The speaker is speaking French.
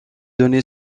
donnée